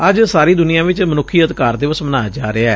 ਅੱਜ ਸਾਰੀ ਦੁਨੀਆਂ ਵਿਚ ਮਨੁੱਖੀ ਅਧਿਕਾਰ ਦਿਵਸ ਮਨਾਇਆ ਜਾ ਰਿਹੈ